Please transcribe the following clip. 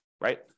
Right